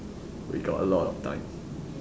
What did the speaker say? we got a lot of time